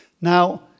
Now